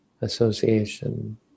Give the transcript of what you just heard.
association